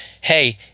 Hey